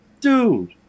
dude